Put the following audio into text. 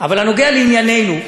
אבל הנוגע לענייננו,